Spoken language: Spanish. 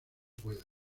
pueda